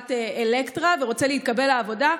לחברת אלקטרה וירצה להתקבל לעבודה,